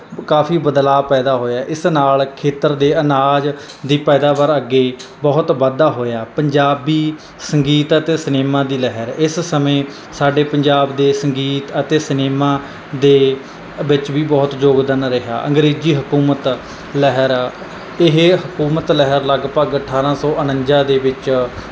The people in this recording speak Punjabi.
ਕਾਫੀ ਬਦਲਾਅ ਪੈਦਾ ਹੋਇਆ ਇਸ ਨਾਲ ਖੇਤਰ ਦੇ ਅਨਾਜ ਦੀ ਪੈਦਾਵਾਰ ਅੱਗੇ ਬਹੁਤ ਵਾਧਾ ਹੋਇਆ ਪੰਜਾਬੀ ਸੰਗੀਤ ਅਤੇ ਸਿਨੇਮਾ ਦੀ ਲਹਿਰ ਇਸ ਸਮੇਂ ਸਾਡੇ ਪੰਜਾਬ ਦੇ ਸੰਗੀਤ ਅਤੇ ਸਿਨੇਮਾ ਦੇ ਵਿੱਚ ਵੀ ਬਹੁਤ ਯੋਗਦਾਨ ਰਿਹਾ ਅੰਗਰੇਜ਼ੀ ਹਕੂਮਤ ਲਹਿਰ ਇਹ ਹਕੂਮਤ ਲਹਿਰ ਲਗਭਗ ਅਠਾਰ੍ਹਾਂ ਸੌ ਉਣੰਜਾ ਦੇ ਵਿੱਚ